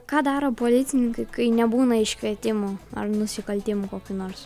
ką daro policininkai kai nebūna iškvietimų ar nusikaltimų kokių nors